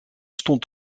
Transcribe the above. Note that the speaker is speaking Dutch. stond